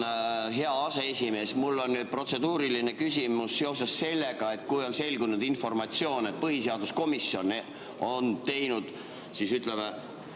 hea aseesimees! Mul on nüüd protseduuriline küsimus seoses sellega, et kui on selgunud informatsioon, et põhiseaduskomisjon ei ole teinud otsust